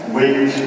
wait